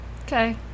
Okay